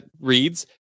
reads